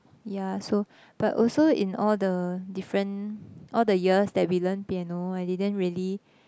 yeah so but also in all the different all the years that we learn piano I didn't really